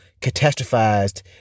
catastrophized